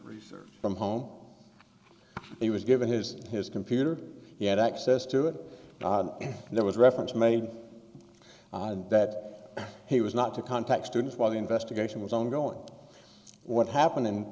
research from home he was given his his computer he had access to it and there was reference made that he was not to contact students while the investigation was ongoing what happen